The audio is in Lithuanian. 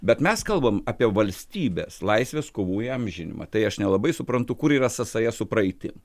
bet mes kalbam apie valstybės laisvės kovų įamžinimą tai aš nelabai suprantu kur yra sąsaja su praeitim